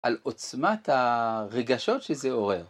על עוצמת הרגשות שזה עורר.